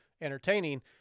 entertaining